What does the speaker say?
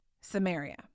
Samaria